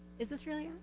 is this really on?